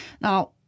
Now